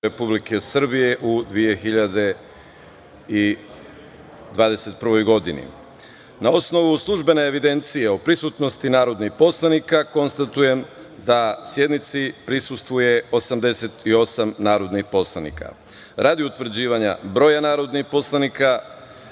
Republike Srbije u 2021. godini. Na osnovu službene evidencije o prisutnosti narodnih poslanika, konstatujem da sednici prisustvuje 88 narodnih poslanika. Radi utvrđivanja broja narodnih poslanika